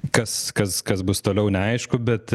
kas kas kas bus toliau neaišku bet